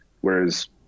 whereas